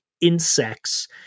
insects